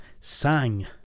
sang